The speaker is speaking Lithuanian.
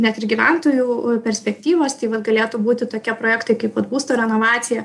net ir gyventojų perspektyvos tai vat galėtų būti tokie projektai kaip vat būsto renovacija